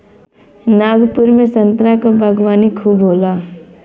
नागपुर में संतरा क बागवानी खूब होला